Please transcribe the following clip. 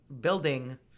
building